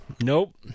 Nope